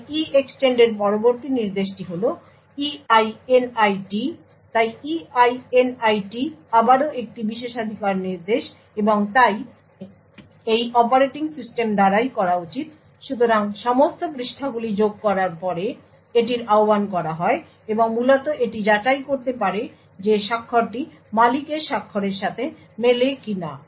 তাই EEXTEND এর পরবর্তী নির্দেশটি হল EINIT তাই EINIT আবারও একটি বিশেষাধিকার নির্দেশ এবং তাই এটি অপারেটিং সিস্টেম দ্বারাই করা উচিত। সুতরাং সমস্ত পৃষ্ঠাগুলি যোগ করার পরে এটির আহ্বান করা হয় এবং মূলত এটি যাচাই করতে পারে যে স্বাক্ষরটি মালিকের স্বাক্ষরের সাথে মেলে কিনা